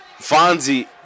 Fonzie